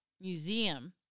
Museum